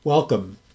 Welcome